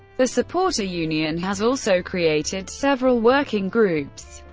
the supporter union has also created several working groups.